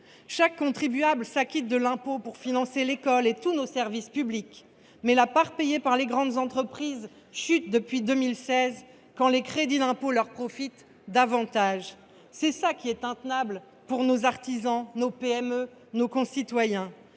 Chaque contribuable s’acquitte de l’impôt pour financer l’école et tous nos services publics, mais la part payée par les grandes entreprises chute depuis 2016, tandis que les crédits d’impôt leur profitent davantage. Voilà ce qui est vraiment intenable pour nos artisans, nos PME, nos concitoyens